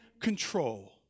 control